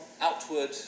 outward